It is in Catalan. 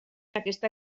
aquesta